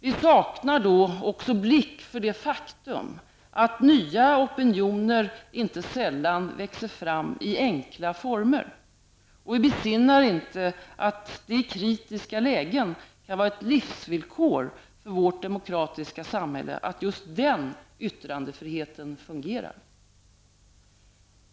Vi saknar då också blick för det faktum att nya opinioner inte sällan växer fram i enkla former. Och vi besinnar inte att det i kritiska lägen kan vara ett livsvillkor för vårt demokratiska samhälle att just den yttrandefriheten fungerar.